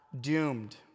doomed